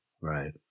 Right